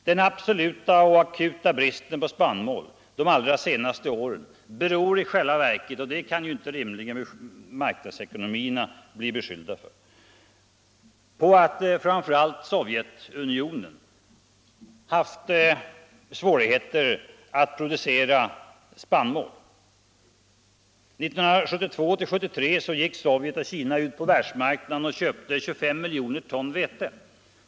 Den absoluta och akuta bristen på spannmål de allra senaste åren beror i själva verket — och det kan inte rimligen marknadsekonomierna bli beskyllda för — på att Sovjetunionen haft svårigheter med sin spannmålsproduktion. 1972/73 gick Sovjetunionen och Kina ut på världsmarknaden och köpte 25 miljoner ton vete.